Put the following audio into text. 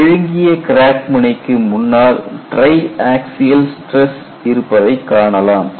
மழுங்கிய crack முனைக்கு முன்னால் triaxial stress இருப்பதை காணலாம்